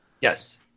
Yes